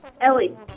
Ellie